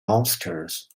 monsters